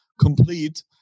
complete